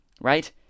right